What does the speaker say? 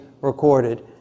recorded